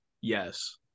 Yes